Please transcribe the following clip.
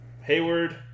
Hayward